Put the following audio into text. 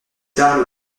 tard